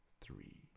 three